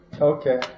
Okay